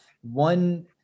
one